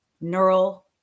neural